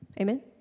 Amen